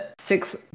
six